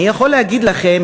אני יכול להגיד לכם,